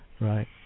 Right